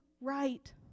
right